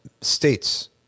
states